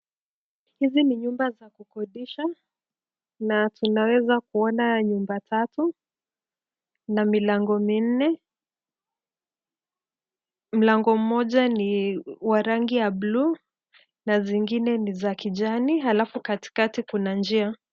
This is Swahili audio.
Hizi ni nyumba za kukodisha, na tunaweza kuona nyumba tatu, na milango minne. Mlango mmoja ni wa rangi ya bluu, na zingine ni za kijani halafu katikati kuna njia.